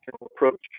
approach